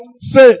Say